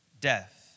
death